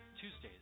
Tuesdays